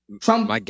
Trump